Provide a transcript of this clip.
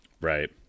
Right